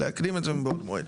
להקדים את זה מבעוד מועד.